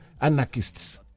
anarchists